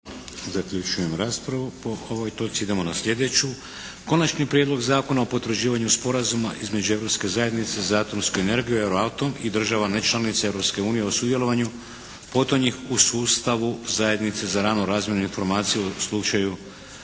Vladimir (HDZ)** Idemo na slijedeću - Konačni prijedlog Zakona o potvrđivanju Sporazuma između Europske zajednice za atomsku energiju (EUROATOM) i država nečlanica Europske unije o sudjelovanju potonjih u sustavu zajednice za ranu razmjenu informacija u slučaju